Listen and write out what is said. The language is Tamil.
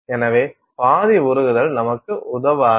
எனவே பாதி உருகுதல் நமக்கு உதவாது